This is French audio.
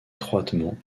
étroitement